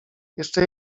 jeszcze